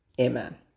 Amen